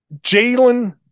Jalen